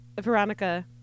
Veronica